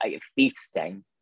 feasting